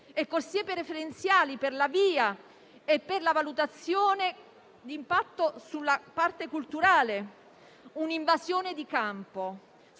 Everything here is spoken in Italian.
e corsie preferenziali per la VIA e per la valutazione di impatto sulla parte culturale: un'invasione di campo